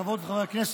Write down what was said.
חברות וחברי הכנסת,